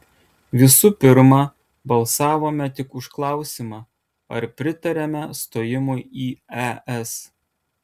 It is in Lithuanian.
visų pirma balsavome tik už klausimą ar pritariame stojimui į es